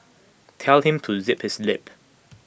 tell him to zip his lip